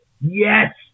yes